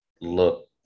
look